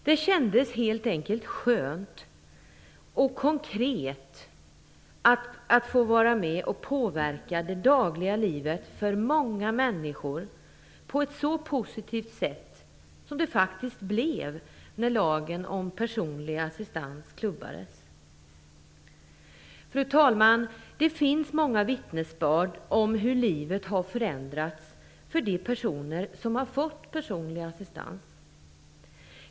Det kändes helt enkelt skönt och konkret att få vara med och påverka det dagliga livet för många människor på ett så positivt sätt som det faktiskt blev när lagen om personlig assistans klubbades. Fru talman! Det finns många vittnesbörd om hur livet har förändrats för de personer som har fått personlig assistans.